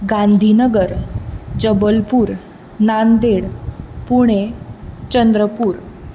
Gandhinagar Jabalpur Nanded Pune Chandrapur